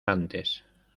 antes